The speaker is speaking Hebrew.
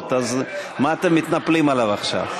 אז מה אתם מתנפלים עליו עכשיו?